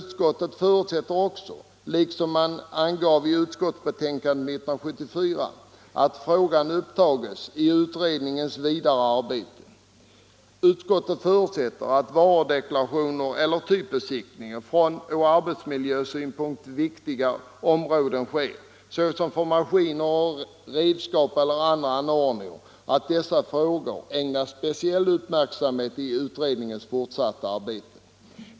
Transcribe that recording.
Utskottet förutsätter också, liksom man angav i utskottsbetänkandet 1974, att frågan upptages i utredningens vidare arbete. Utskottet förutsätter att varudeklaration eller typbesiktning sker på från arbetsmiljösynpunkt viktiga områden, såsom när det gäller maskiner, redskap eller andra anordningar, och att dessa frågor ägnas speciell uppmärksamhet i utredningens fortsatta arbete.